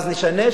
אז נשנה,